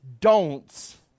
don'ts